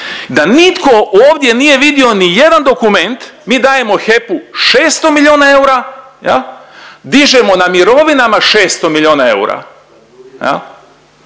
da nitko ovdje nije vidio nijedan dokument, mi dajemo HEP-u 600 milijuna eura jel, dižemo na mirovinama 600 milijuna eura